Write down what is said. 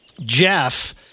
Jeff